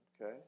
Okay